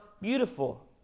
beautiful